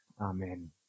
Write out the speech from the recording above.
amen